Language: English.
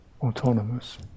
autonomous